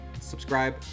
subscribe